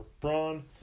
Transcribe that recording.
brawn